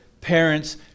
parents